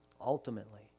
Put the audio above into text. Ultimately